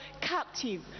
captive